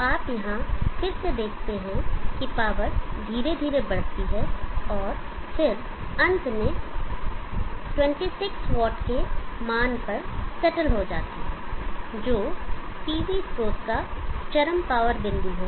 तो आप यहाँ फिर से देखते हैं कि पावर धीरे धीरे बढ़ती है और फिर अंत में 26 वाट के मान पर सेटल जाती है जो पीवी स्रोत का चरम पावर बिंदु है